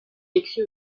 écrit